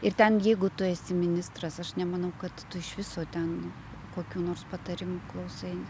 ir ten jeigu tu esi ministras aš nemanau kad tu iš viso ten kokių nors patarimų klausai